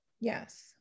Yes